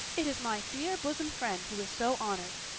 it is my dear bosom friend who is so honored